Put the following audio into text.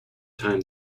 time